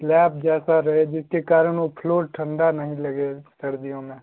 slab जैसा रहे जिसके कारण वो फ्लोर ठंडा नहीं लगे सर्दियो में